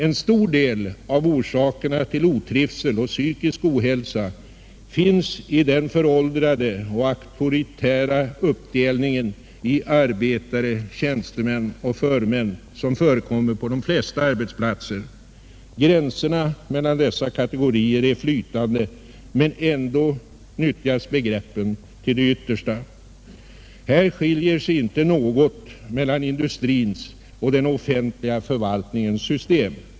En stor del av orsakerna till otrivsel och psykisk ohälsa finns i den föråldrade och auktoritära uppdelning i arbetare, tjänstemän och förmän, som förekommer på de flesta arbetsplatser. Gränserna mellan dessa kategorier är flytande, men ändå nyttjas begreppen till det yttersta. Här skiljer det sig inte något mellan industrins och den offentliga förvaltningens system.